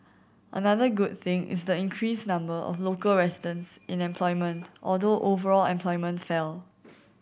another good thing is the increased number of local residents in employment although overall employment fell